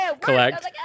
collect